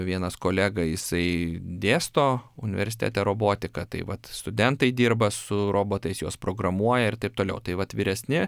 vienas kolega jisai dėsto universitete robotiką tai vat studentai dirba su robotais juos programuoja ir taip toliau tai vat vyresni